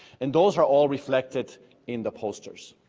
and those are all reflected in the posters.